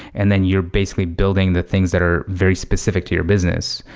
and then you're basically building the things that are very specific to your business,